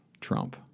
Trump